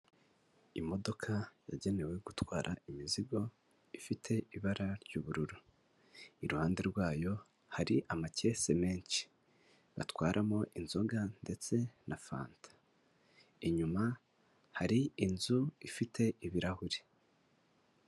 Imodoka yagenewe gutwara imizigo ifite ibara ry'ubururu, iruhande rwayo hari amakese menshi batwaramo inzoga ndetse na fanta, inyuma hari inzu ifite ibirahuri.